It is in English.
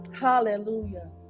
Hallelujah